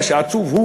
מה שעצוב הוא